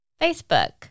Facebook